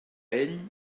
ell